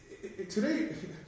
today